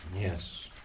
Yes